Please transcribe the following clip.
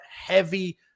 heavy